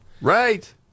Right